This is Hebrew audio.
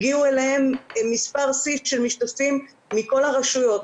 הגיעו אליהם מספר שיא של משתתפים מכל הרשויות,